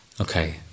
Okay